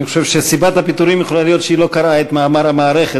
אני חושב שסיבת הפיטורים יכולה להיות שהיא לא קראה את מאמר המערכת.